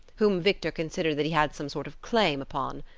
whom victor considered that he had some sort of claim upon.